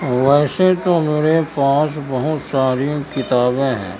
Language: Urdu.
ویسے تو میرے پاس بہت ساری کتابیں ہیں